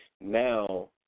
Now